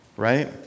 Right